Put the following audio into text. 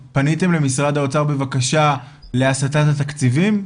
חיים, פניתם למשרד האוצר בבקשה לתת את התקציבים?